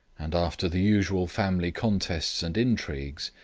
and after the usual family contests and intrigues,